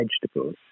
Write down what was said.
vegetables